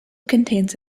contains